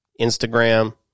Instagram